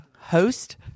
host